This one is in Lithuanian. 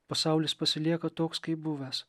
pasaulis pasilieka toks kaip buvęs